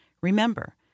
Remember